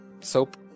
soap